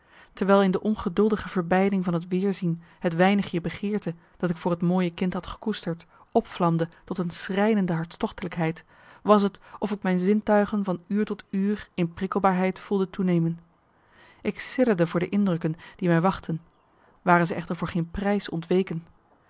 terwijl in de ongeduldige verbeiding van het weerzien het weinigje marcellus emants een nagelaten bekentenis begeerte dat ik voor het mooie kind had gekoesterd opvlamde tot een schrijnende hartstochtelijkheid was t of ik mijn zintuigen van uur tot uur in prikkelbaarheid voelde toenemen ik sidderde voor de indrukken die mij wachtten ware ze echter voor geen prijs ontweken